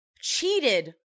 cheated